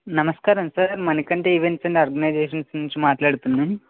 నమస్కారం sir Manikanta events and organisations నుంచి మాట్లాడుతున్నాం